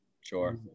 Sure